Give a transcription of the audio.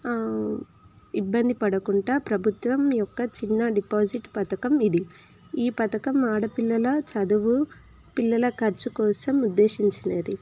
ఇబ్బంది పడకుండా ప్రభుత్వం యొక్క చిన్న డిపాజిట్ పథకం ఇది ఈ పథకం ఆడపిల్లల చదువు పిల్లల ఖర్చు కోసం ఉద్దేశించినది